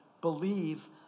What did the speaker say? believe